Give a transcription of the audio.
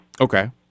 Okay